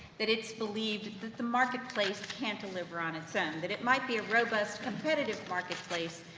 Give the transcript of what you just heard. that it's believed, that the marketplace can't deliver on its own, that it might be a robust competitive marketplace,